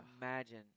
imagine